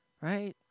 Right